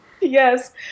Yes